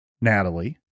Natalie